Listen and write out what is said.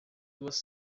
duas